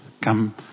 Come